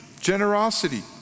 generosity